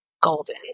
golden